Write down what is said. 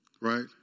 Right